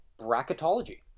bracketology